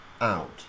out